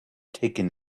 taken